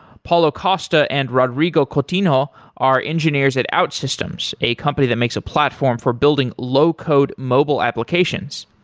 paulo costa and rodrigo coutinho are engineers at outsystems, a company that makes a platform for building low-code mobile applications.